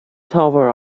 tower